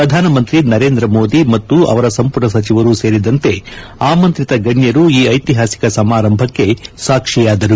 ಪ್ರಧಾನಮಂತ್ರಿ ನರೇಂದ್ರ ಮೋದಿ ಮತ್ತು ಅವರ ಸಂಪುಟ ಸಚಿವರು ಸೇರಿದಂತೆ ಆಮಂತ್ರಿತ ಗಣ್ಯರು ಈ ಐತಿಹಾಸಿಕ ಸಮಾರಂಭಕ್ಕೆ ಸಾಕ್ಷಿಯಾದರು